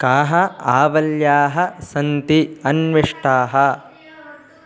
काः आवल्याः सन्ति अन्विष्टाः